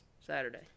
Saturday